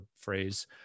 phrase